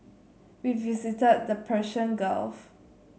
we visited the Persian Gulf